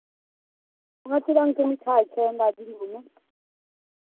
मारिते रङ्गके मिठाइ छै हमरा मे